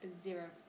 Zero